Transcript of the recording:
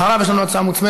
אחר כך יש לנו הצעה מוצמדת,